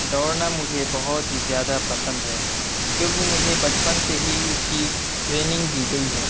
دوڑنا مجھے بہت ہی زیادہ پسند ہے کیونکہ مجھے بچپن سے ہی اس کی ٹریننگ دی گئی ہے